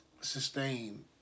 sustain